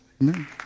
Amen